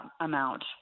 amount